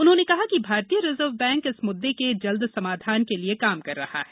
उन्होंने कहा कि भारतीय रिजर्व बैंक इस मुद्दे के जल्द समाधान के लिए काम कर रहा है